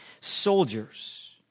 soldiers